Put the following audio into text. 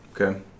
Okay